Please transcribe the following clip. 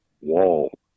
wall